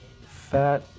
Fat